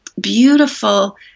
beautiful